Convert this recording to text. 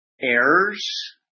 errors